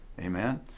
amen